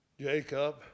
Jacob